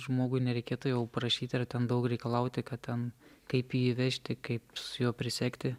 žmogui nereikėtų jau prašyti ar ar ten daug reikalauti kad ten kaip jį vežti kaip jo prisegti